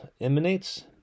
emanates